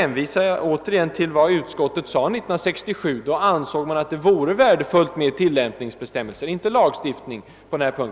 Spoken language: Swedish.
hänvisar jag återigen till vad utskottet uttalade år 1967. Utskottet ansåg då att det vore värdefullt med tillämpningsbestämmelser — inte lagstiftning — på denna punkt.